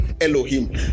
Elohim